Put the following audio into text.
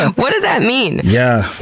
what does that mean? yeah,